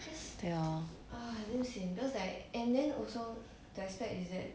ya